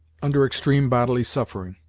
under extreme bodily suffering,